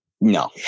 No